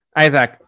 Isaac